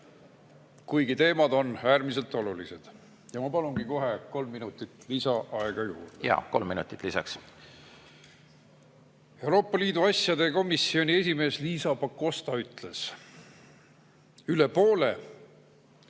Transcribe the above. kuigi teemad on äärmiselt olulised. Ja ma palungi kohe kolm minutit lisaaega. Kolm minutit lisaks. Euroopa Liidu asjade komisjoni esimees Liisa Pakosta ütles, et üle poole